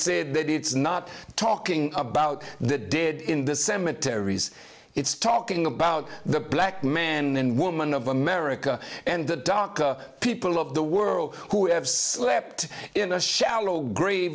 said that it's not talking about the dead in the cemeteries it's talking about the black man and woman of america and the dark people of the world who have slept in a shallow grave